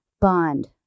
Bond